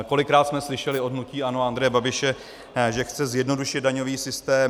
Kolikrát jsme slyšeli od hnutí ANO, Andreje Babiše, že chce zjednodušit daňový systém.